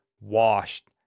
washed